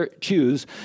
Choose